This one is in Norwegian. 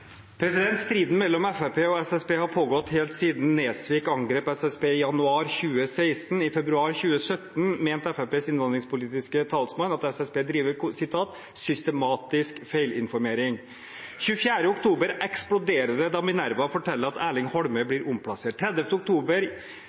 SSB har pågått helt siden Nesvik angrep SSB i januar 2016. I februar 2017 mente Fremskrittspartiets innvandringspolitiske talsmann at SSB driver systematisk feilinformering. 24. oktober eksploderte det da Minerva fortalte at Erling Holmøy blir omplassert. 30. oktober